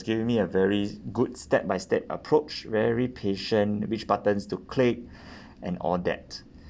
giving me a very good step by step approach very patient which buttons to click and all that